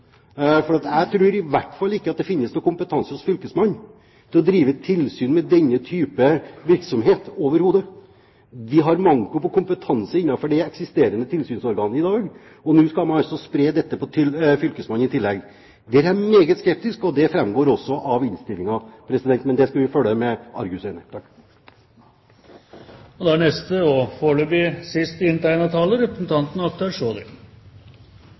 For jeg tror ikke at det finnes noen kompetanse hos fylkesmannen overhodet til å drive tilsyn med denne type virksomhet. Vi har manko på kompetanse innenfor de eksisterende tilsynsorgan i dag, og nå skal man altså spre dette til fylkesmannen i tillegg. Der er jeg meget skeptisk, og det framgår også at innstillingen. Det skal vi følge med argusøyne. La meg begynne med å gi ros til saksordføreren, som ledet komiteens arbeid i denne saken på en flott og